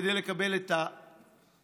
כדי לקבל את המענק.